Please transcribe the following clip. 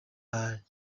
are